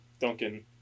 Duncan